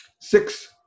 Six